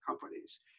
companies